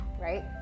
right